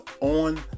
on